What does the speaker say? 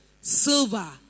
silver